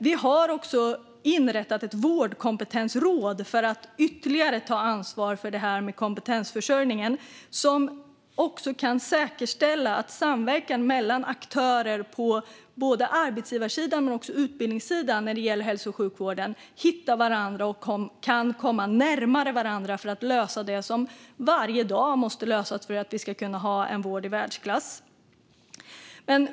Vi har också inrättat ett vårdkompetensråd för att ytterligare ta ansvar för kompetensförsörjningen. Det kan även säkerställa att samverkan mellan aktörer på både arbetsgivarsidan och utbildningssidan när det gäller hälso och sjukvården hittar varandra och kan komma närmare varandra för att lösa det som varje dag måste lösas för att vi ska kunna ha en vård i världsklass.